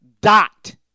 dot